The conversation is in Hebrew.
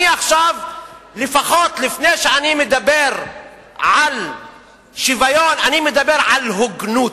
לפני שאני מדבר על שוויון אני מדבר על הוגנות: